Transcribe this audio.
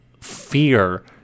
fear